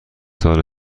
سال